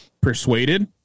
persuaded